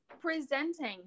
presenting